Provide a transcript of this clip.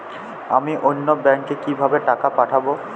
আমি অন্য ব্যাংকে কিভাবে টাকা পাঠাব?